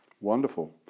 Wonderful